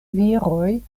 viroj